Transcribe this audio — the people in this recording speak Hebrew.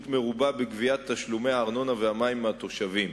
מרובה בגביית תשלומי הארנונה והמים מהתושבים,